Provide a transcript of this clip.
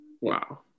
wow